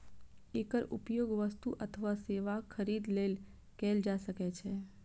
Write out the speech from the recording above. एकर उपयोग वस्तु अथवा सेवाक खरीद लेल कैल जा सकै छै